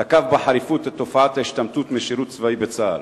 תקף בחריפות את תופעת ההשתמטות משירות צבאי בצה"ל.